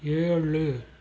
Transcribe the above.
ஏழு